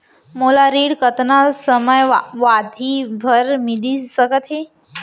मोला ऋण कतना समयावधि भर मिलिस सकत हे?